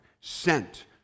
sent